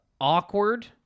awkward